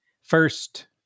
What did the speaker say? first